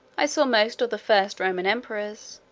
i saw most of the first roman emperors.